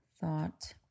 thought